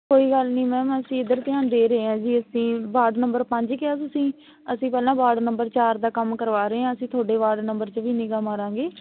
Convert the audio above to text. ਕੋਈ ਗੱਲ ਨਹੀਂ ਮੈਮ ਅਸੀਂ ਇੱਧਰ ਧਿਆਨ ਦੇ ਰਹੇ ਹਾਂ ਜੀ ਅਸੀਂ ਵਾਰਡ ਨੰਬਰ ਪੰਜ ਕਿਹਾ ਤੁਸੀਂ ਅਸੀਂ ਪਹਿਲਾਂ ਵਾਰਡ ਨੰਬਰ ਚਾਰ ਦਾ ਕੰਮ ਕਰਵਾ ਰਹੇ ਹਾਂ ਅਸੀਂ ਤੁਹਾਡੇ ਵਾਰਡ ਨੰਬਰ 'ਤੇ ਵੀ ਨਿਗ੍ਹਾ ਮਾਰਾਂਗੇ